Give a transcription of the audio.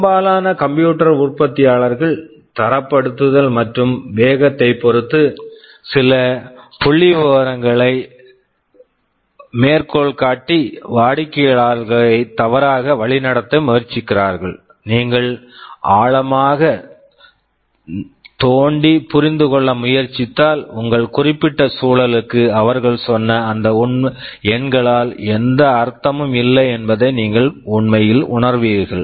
பெரும்பாலான computer computer உற்பத்தியாளர்கள் தரப்படுத்தல் மற்றும் வேகத்தைப் பொறுத்து சில புள்ளிவிவரங்களை மேற்கோள் காட்டி வாடிக்கையாளர்களை தவறாக வழிநடத்த முயற்சிக்கிறார்கள் நீங்கள் ஆழமாக தோண்டி புரிந்து கொள்ள முயற்சித்தால் உங்கள் குறிப்பிட்ட சூழலுக்கு அவர்கள் சொன்ன அந்த எண்களால் எந்த அர்த்தமும் இல்லை என்பதை நீங்கள் உண்மையில் உணருவீர்கள்